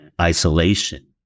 isolation